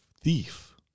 thief